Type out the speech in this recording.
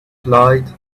flight